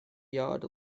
yard